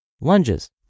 lunges